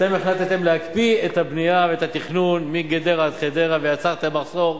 אתם החלטתם להקפיא את הבנייה ואת התכנון מגדרה עד חדרה ויצרתם מחסור,